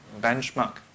benchmark